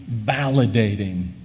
validating